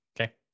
Okay